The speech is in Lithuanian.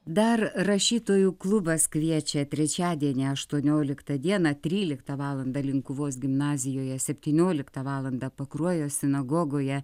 dar rašytojų klubas kviečia trečiadienį aštuonioliktą dieną tryliktą valandą linkuvos gimnazijoje septynioliktą valandą pakruojo sinagogoje